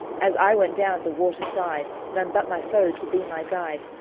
as i went down the water side, nane but my foe to be my guide,